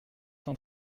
cent